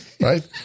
right